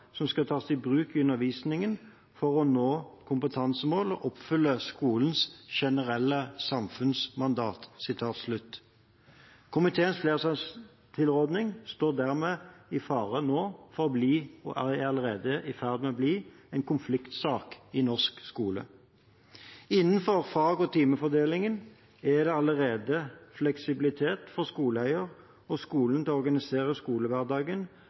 som skal tas i bruk i undervisningen for å nå kompetansemål og oppfylle skolens generelle samfunnsmandat.» Komiteens flertallstilråding står dermed nå i fare for å bli – og er allerede i ferd med å bli – en konfliktsak i norsk skole. Innenfor fag- og timefordelingen er det allerede fleksibilitet for skoleeierne og skolene til å organisere skolehverdagen